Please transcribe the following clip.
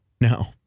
No